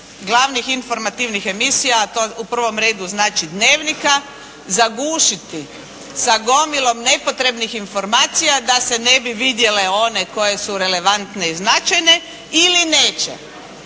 glavnih informativnih emisija, to u prvom redu znači "Dnevnika" zagušiti sa gomilom nepotrebnih informacija da se ne bi vidjele one koje su relevantne i značajne ili neće.